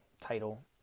title